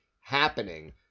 happening